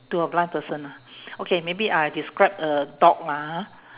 to a blind person ah okay maybe I'll describe a dog lah ha